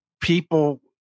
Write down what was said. people